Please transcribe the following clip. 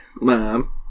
Mom